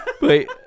wait